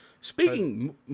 Speaking